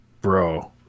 Bro